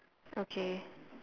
okay